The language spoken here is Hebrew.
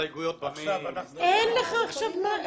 הסתייגויות --- אתם יכולים להגיש אותן עכשיו בעל פה.